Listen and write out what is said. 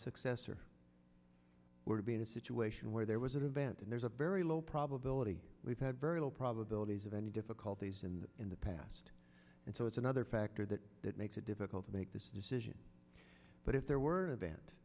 successor were to be in a situation where there was an event and there's a very low probability we've had very low probabilities of any difficulties in the in the past and so it's another factor that that makes it difficult to make this decision but if there were a vent